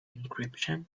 encryption